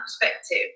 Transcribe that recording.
perspective